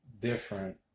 different